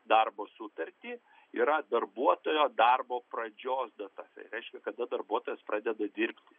darbo sutartį yra darbuotojo darbo pradžios data tai reiškia kada darbuotojas pradeda dirbti